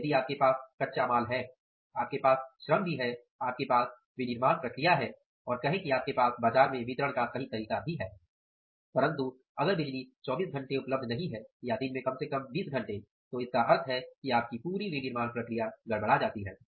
अब यदि आपके पास कच्चा माल है आपके पास श्रम है आपके पास विनिर्माण प्रक्रिया है और कहें कि आपके पास बाजार में वितरण का तरीका भी है लेकिन अगर बिजली 24 घंटे उपलब्ध नहीं है या दिन में कम से कम 20 घंटे तो इसका अर्थ है कि आपकी पूरी विनिर्माण प्रक्रिया गड़बड़ा जाती है